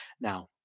Now